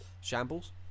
Shambles